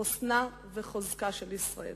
לחוסנה ולחוזקה של ישראל.